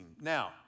Now